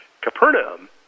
Capernaum